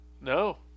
No